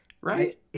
Right